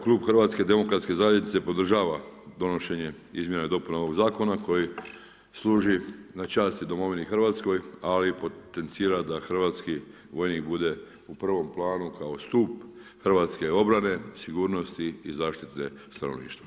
Klub HDZ-a podražava donošenje izmjena i dopuna ovoga zakona koji služi na čast i domovini hrvatskoj ali i potencira da hrvatski vojnik bude u prvom planu kao stup hrvatske obrane, sigurnosti i zaštite stanovništva.